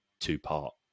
two-part